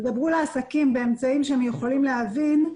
דברו לעסקים באמצעים שהם יכולים להבין,